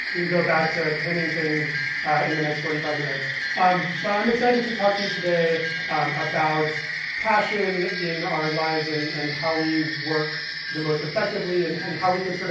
you can go back to pinning things in the next forty five minutes. um but i'm excited to talk to you today about passion in our lives, and and how we work the most effectively, and how we can sort of